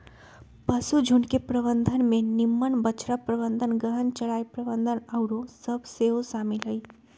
पशुझुण्ड के प्रबंधन में निम्मन बछड़ा प्रबंधन, गहन चराई प्रबन्धन आउरो सभ सेहो शामिल हइ